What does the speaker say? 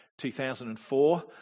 2004